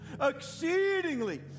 exceedingly